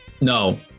No